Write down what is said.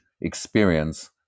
experience